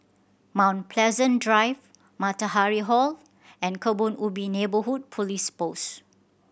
Mount Pleasant Drive Matahari Hall and Kebun Ubi Neighbourhood Police Post